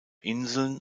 inseln